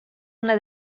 una